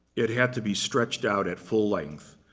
it had to be stretched out at full length.